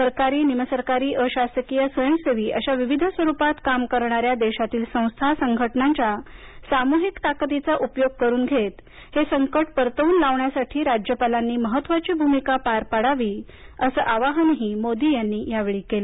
सरकारी निमसरकारी अशासकीय स्वयंसेवी अशा विविध स्वरूपात काम करणाऱ्या देशातील संस्था संघटनांच्या सामुहिक ताकदीचा उपयोग करून घेत हे संकट परतवून लावण्यासाठी राज्यपालांनी महत्त्वाची भूमिका पार पाडावी असं आवाहनही मोदी यांनी केलं